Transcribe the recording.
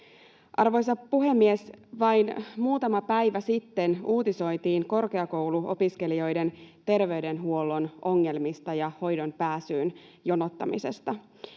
Arvoisa puhemies! Vain muutama päivä sitten uutisoitiin korkeakouluopiskelijoiden terveydenhuollon ongelmista ja hoitoonpääsyyn jonottamisesta.